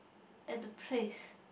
at the place